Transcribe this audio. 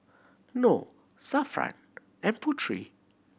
Nor Zafran and Putri